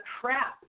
crap